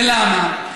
ולמה?